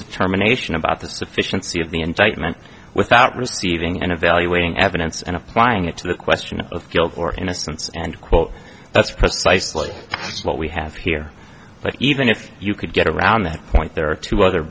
determination about the sufficiency of the indictment without receiving and evaluating evidence and applying it to the question of guilt or innocence and quote that's precisely what we have here but even if you could get around that point there are two other